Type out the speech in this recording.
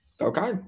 Okay